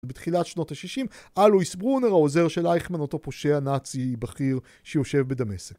בתחילת שנות ה-60, אלויס ברונר, העוזר של אייכמן, אותו פושע נאצי בכיר שיושב בדמשק.